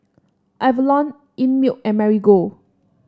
Avalon Einmilk and Marigold